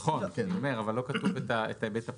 נכון, אבל כתוב את ההיבטי הפוזיטיבי.